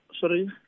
Sorry